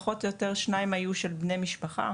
פחות או יותר שניים היו של בני משפחה.